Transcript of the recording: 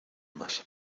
más